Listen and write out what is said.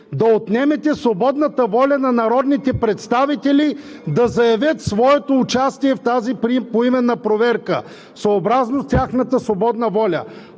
да отнемете свободната воля на народните представители да заявят своето участие в тази поименна проверка съобразно тяхната свободна воля.